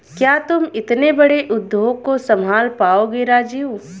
क्या तुम इतने बड़े उद्योग को संभाल पाओगे राजीव?